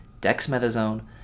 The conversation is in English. dexamethasone